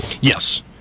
Yes